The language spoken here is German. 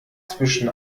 zwischen